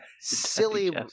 silly